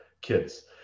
kids